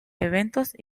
eventos